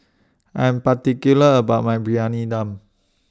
I'm particular about My Briyani Dum